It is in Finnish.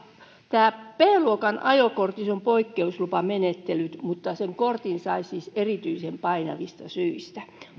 tässä b luokan ajokortissa on poikkeuslupamenettelyt mutta silloin kortin saa siis erityisen painavista syistä